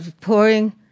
pouring